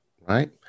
right